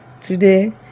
Today